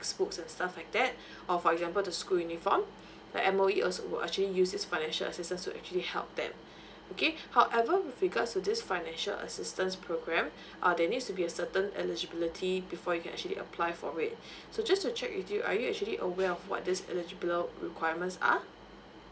book and stuff like that or for example the school uniform the M_O_E also will actually use this financial assistance to actually help them okay however with regards to this financial assistance program uh they need to be a certain eligibility before you can actually apply for it so just to check with you are you actually aware of what this eligible requirements are